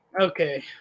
Okay